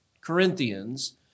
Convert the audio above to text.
Corinthians